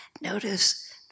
notice